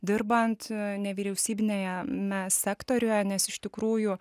dirbant nevyriausybiniame sektoriuje nes iš tikrųjų